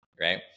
Right